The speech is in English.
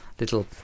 little